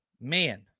Man